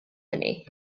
hynny